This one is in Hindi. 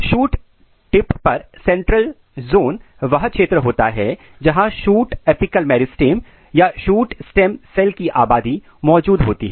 शूट टिप पर सेंट्रल ज़ोन वह क्षेत्र होता है जहाँ शूट एपिकल मेरिस्टेम या शूट स्टेम सेल की आबादी मौजूद होती है